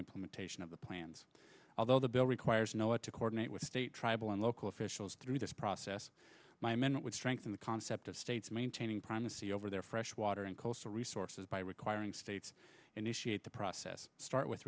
implementation of the plans although the bill requires know it to coordinate with state tribal and local officials through this process my men would strengthen the concept of states maintaining primacy over their fresh water and coastal resources by requiring states initiate the process start with